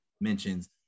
mentions